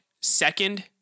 second